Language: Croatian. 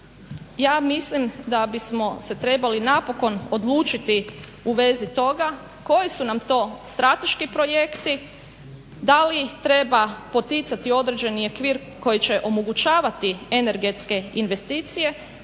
ja mislim da bismo se trebali napokon odlučiti u vezi toga koji su nam to strateški projekti, da li treba poticati određeni okvir koji će omogućavati energetske investicije